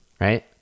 right